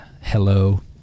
hello